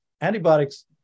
Antibiotics